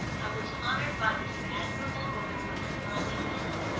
i was honoured by this admirable woman with an early visit.